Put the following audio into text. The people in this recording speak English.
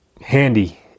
handy